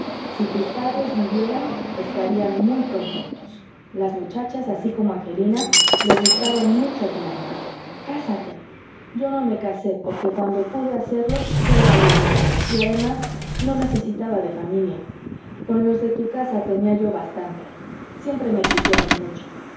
si tus padres vivieran estarían muy contentos las muchachas así como angelina le gustaban mucho a tu mamá cásate yo no me casé porque cuando pude hacerlo ya era viejo y además no necesitaba de familia con los de tu casa tenía yo bastante siempre me quisieron mucho